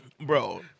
Bro